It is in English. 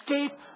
escape